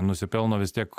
nusipelno vis tiek